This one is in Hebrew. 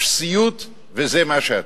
אפסיות, וזה מה שאתם.